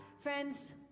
friends